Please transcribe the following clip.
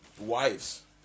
wives